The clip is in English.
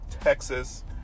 Texas